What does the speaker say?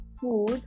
food